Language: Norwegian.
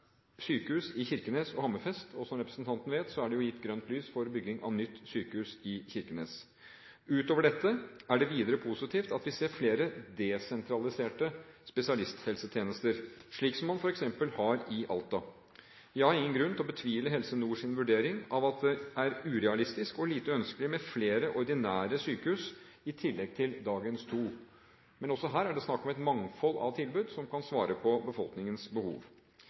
sykehus i Kirkenes og i Hammerfest. Som representanten vet, er det gitt grønt lys for bygging av nytt sykehus i Kirkenes. Utover dette er det videre positivt at vi ser flere desentraliserte spesialisthelsetjenester, slik man f.eks. har i Alta. Jeg har ingen grunn til å betvile Helse Nords vurdering, at det er urealistisk og lite ønskelig med flere ordinære sykehus i tillegg til dagens to. Men også her er det snakk om et mangfold av tilbud som kan svare på befolkningens behov.